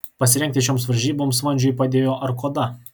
pasirengti šioms varžyboms vandžiui padėjo arkoda